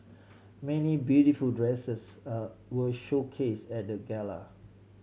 many beautiful dresses a were showcased at gala